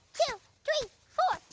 two, three, four.